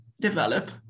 develop